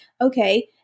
okay